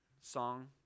song